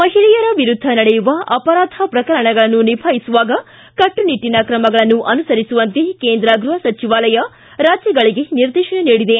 ಮಹಿಳೆಯರ ವಿರುದ್ಧ ನಡೆಯುವ ಅಪರಾಧ ಪ್ರಕರಣಗಳನ್ನು ನಿಭಾಯಿಸುವಾಗ ಕಟ್ಟುನಿಟ್ಟನ ತ್ರಮಗಳನ್ನು ಅನುಸರಿಸುವಂತೆ ಕೇಂದ್ರ ಗೃಹ ಸಚಿವಾಲಯ ರಾಜ್ವಗಳಿಗೆ ನಿರ್ದೇಶನ ನೀಡಿದೆ